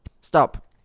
Stop